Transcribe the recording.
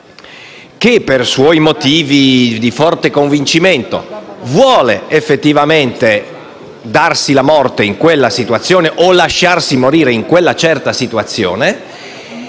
che, per suoi motivi di forte convincimento, vuole effettivamente darsi la morte o lasciarsi morire in quella certa situazione.